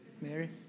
Mary